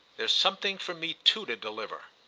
there's something for me too to deliver.